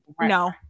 no